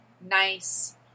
nice